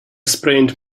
sprained